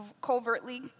covertly